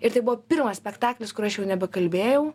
ir tai buvo pirmas spektaklis kur aš jau nebekalbėjau